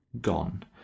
gone